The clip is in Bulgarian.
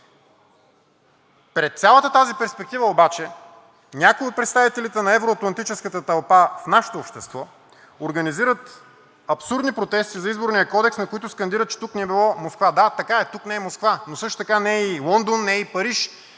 Пред цялата тази перспектива обаче някои от представителите на евро-атлантическата тълпа в нашето общество организират абсурдни протести за Изборния кодекс, на които скандират, че тук не било Москва. Да, така е – тук не е Москва, но също така не е и Лондон, не е и Париж,